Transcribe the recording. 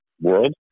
world